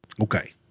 Okay